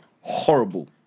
Horrible